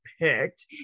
picked